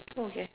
okay